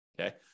Okay